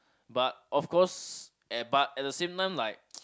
but of course at but at the same time like